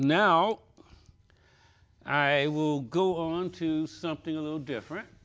now i will go on to something a little different